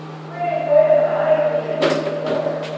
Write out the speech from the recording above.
pray what am i to be pitied for?